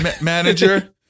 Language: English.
manager